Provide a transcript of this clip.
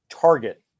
target